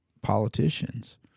politicians